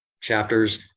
chapters